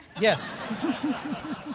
Yes